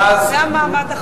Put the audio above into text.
זה המעמד החלש.